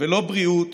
ולא בריאות